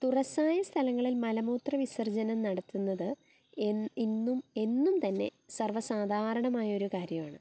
തുറസ്സായ സ്ഥലങ്ങളിൽ മലമൂത്ര വിസർജ്ജനം നടത്തുന്നത് എന്ന് ഇന്നും എന്നും തന്നെ സർവ്വസാധാരണമായൊരു കാര്യവാണ്